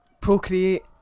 procreate